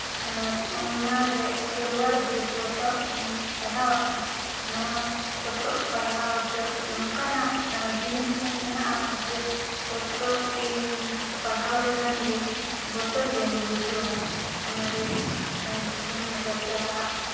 ᱚᱱᱟᱨᱮ ᱠᱷᱮᱨᱣᱟᱲ ᱵᱤᱨ ᱯᱚᱛᱚᱵ ᱤᱧ ᱯᱟᱲᱦᱟᱣᱟᱠᱟᱜᱼᱟ ᱱᱚᱣᱟ ᱯᱚᱛᱚᱵ ᱯᱟᱲᱦᱟᱣ ᱡᱚᱦᱚᱜ ᱱᱚᱝᱠᱟᱱᱟᱜ ᱡᱤᱱᱤᱥ ᱠᱚ ᱢᱮᱱᱟᱜᱼᱟ ᱡᱮ ᱯᱚᱛᱚᱵ ᱤᱧ ᱯᱟᱲᱦᱟᱣ ᱞᱮᱠᱷᱟᱱ ᱜᱮ ᱵᱚᱛᱚᱨ ᱜᱮᱢ ᱵᱩᱡᱷᱟᱹᱣᱟ ᱚᱱᱟᱨᱮ ᱡᱚᱢ ᱨᱟᱡᱟᱣᱟᱜ